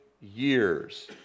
years